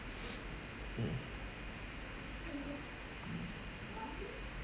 mm